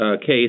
case